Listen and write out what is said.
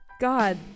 god